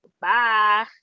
bye